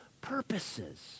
purposes